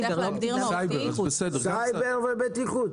סייבר ובטיחות.